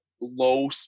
low